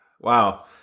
wow